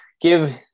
Give